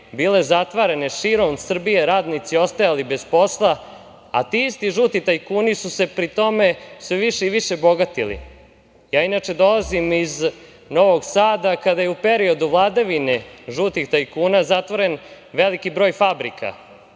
bile zatvarane širom Srbije, radnici ostajali bez posla, a ti isti žuti tajkuni su se pri tome sve više i više bogatili. Inače, dolazim iz Novog Sada, kada je u periodu vladavine žutih tajkuna zatvoren veliki broj fabrika,